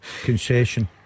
concession